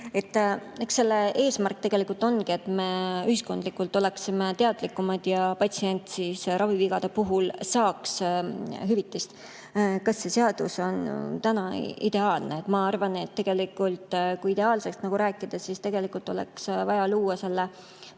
Eks selle eesmärk tegelikult ongi see, et me ühiskondlikult oleksime teadlikumad ja patsient ravivigade puhul saaks hüvitist. Kas see seadus on täna ideaalne? Ma arvan, et kui ideaalsest rääkida, siis tegelikult oleks vaja luua